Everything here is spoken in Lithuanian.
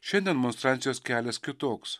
šiandien monstrancijos kelias kitoks